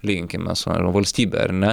lyginkime su valstybe ar ne